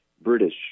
british